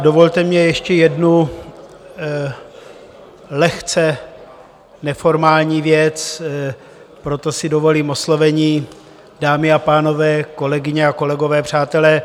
Dovolte mi ještě jednu lehce neformální věc, proto si dovolím oslovení dámy a pánové, kolegyně a kolegové, přátelé.